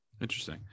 Interesting